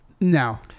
No